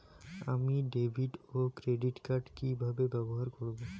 আমি ডেভিড ও credit card কি কিভাবে ব্যবহার করব?